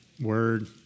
word